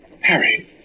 Harry